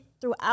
throughout